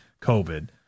COVID